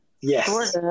yes